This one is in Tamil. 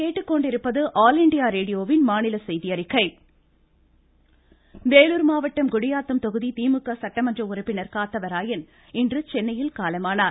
மறைவு காத்தவராயன் வேலூர் மாவட்டம் குடியாத்தம் தொகுதி திமுக சட்டமன்ற உறுப்பினர் காத்தவராயன் இன்று சென்னையில் காலமானார்